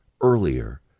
earlier